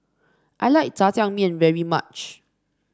I like jajangmyeon very much